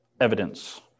evidence